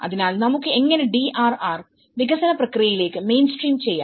അതിനാൽ നമുക്ക് എങ്ങനെ ഡിആർആറിനെ വികസന പ്രക്രിയയിലേക്ക് മെയിൻസ്ട്രീംചെയ്യാം